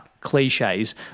cliches